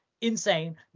insane